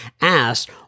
asked